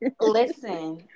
Listen